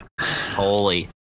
Holy